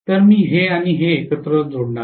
तर मी हे आणि हे एकत्र एकत्र जोडणार आहे